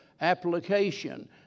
application